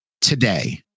today